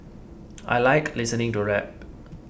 I like listening to rap